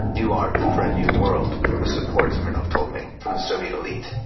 new art for a new world, with support, smirnoff told me, from the soviet elite